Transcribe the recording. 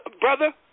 brother